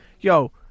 yo